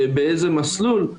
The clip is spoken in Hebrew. באיזה מסלול,